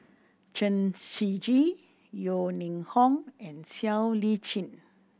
Chen Shiji Yeo Ning Hong and Siow Lee Chin